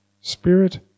Spirit